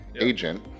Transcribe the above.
agent